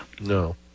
No